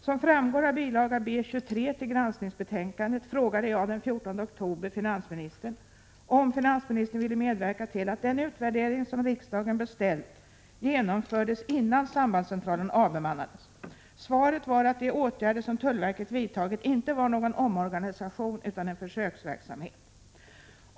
Som framgår av bilaga B 23 till granskningsbetänkandet frågade jag den 14 oktober finansministern om finansministern ville medverka till att den utvärdering som riksdagen beställt genomfördes innan sambandscentralen avbemannades. Svaret var att de åtgärder som tullverket vidtagit inte var någon omorganisation utan en försöksverksamhet.